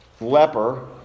leper